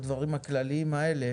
אחרי שאמרנו את הדברים הכלליים האלה